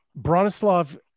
Bronislav